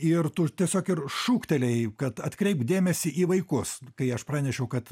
ir tu tiesiog ir šūktelėjai kad atkreipk dėmesį į vaikus kai aš pranešiau kad